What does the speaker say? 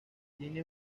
tiene